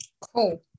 Cool